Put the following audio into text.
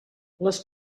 les